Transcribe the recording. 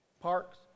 Parks